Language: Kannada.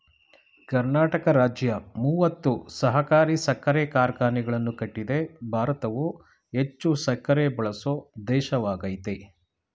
ಕರ್ನಾಟಕ ರಾಜ್ಯ ಮೂವತ್ತು ಸಹಕಾರಿ ಸಕ್ಕರೆ ಕಾರ್ಖಾನೆಗಳನ್ನು ಕಟ್ಟಿದೆ ಭಾರತವು ಹೆಚ್ಚು ಸಕ್ಕರೆ ಬಳಸೋ ದೇಶವಾಗಯ್ತೆ